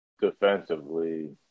defensively